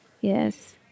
yes